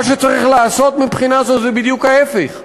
מה שצריך לעשות מבחינה זו זה בדיוק ההפך: